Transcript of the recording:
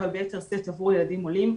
אבל ביתר שאת עבור ילדים עולים.